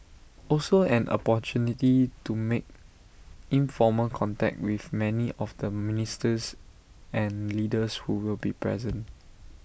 also an opportunity to make informal contact with many of the ministers and leaders who will be present